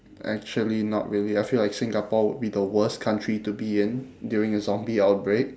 actually not really I feel like singapore would be the worst country to be in during a zombie outbreak